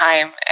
time